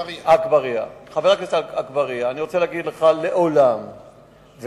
אני רוצה להגיד לך שמעולם,